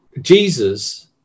Jesus